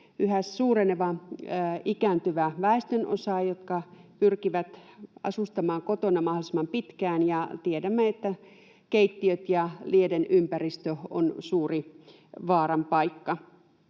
yhä suureneva ikääntyvä väestönosa, joka pyrkii asustamaan kotona mahdollisimman pitkään, ja tiedämme, että keittiö ja lieden ympäristö on suuri vaaran paikka.